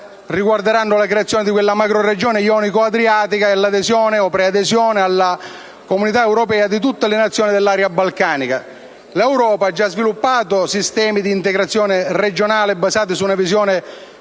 riguarderanno la creazione di una macroregione jonico-adriatica e l'adesione o pre-adesione alla UE di tutte le nazioni dell'area balcanica. L'Europa ha già sviluppato sistemi di integrazione regionale basati su una visione